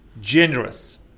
generous